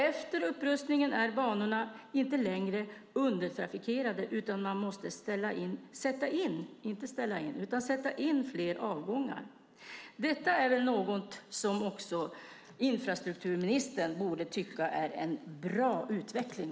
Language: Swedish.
Efter upprustningen är banorna inte lägre undertrafikerade utan man måste sätta in fler avgångar. Detta är något som också infrastrukturministern borde tycka är en bra utveckling.